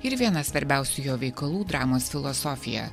ir vienas svarbiausių jo veikalų dramos filosofija